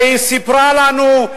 שהיא סיפרה לנו,